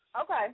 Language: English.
Okay